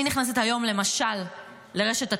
אני נכנסת היום למשל לרשת הטוויטר,